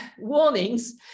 warnings